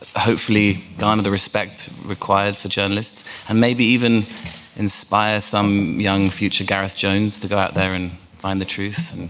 hopefully garner the respect required for journalists and maybe even inspire some young future gareth jones to go out there and find the truth,